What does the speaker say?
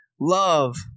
love